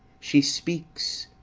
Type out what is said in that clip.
she speaks,